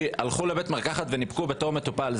הלכו לבית מרקחת וניפקו בתור מטופל.